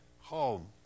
home